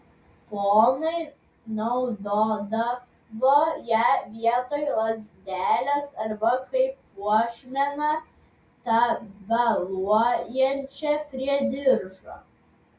ponai naudodavo ją vietoj lazdelės arba kaip puošmeną tabaluojančią prie diržo